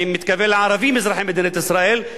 אני מתכוון לערבים אזרחי מדינת ישראל,